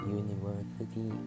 university